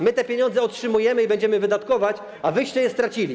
My te pieniądze otrzymujemy i będziemy wydatkować, a wyście je stracili.